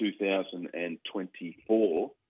2024